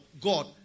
god